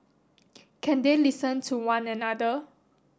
can they listen to one another